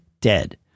dead